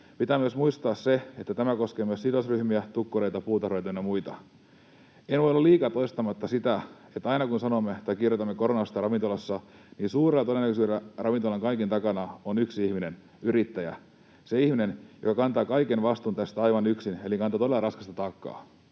Pitää myös muistaa se, että tämä koskee myös sidosryhmiä: tukkureita, puutarhureita ynnä muita. En voi olla liikaa toistamatta sitä, että aina kun sanomme tai kirjoitamme koronasta ravintolassa, niin suurella todennäköisyydellä ravintolan, kaiken takana on yksi ihminen, yrittäjä — se ihminen, joka kantaa kaiken vastuun tästä aivan yksin eli kantaa todella raskasta taakkaa.